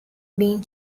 being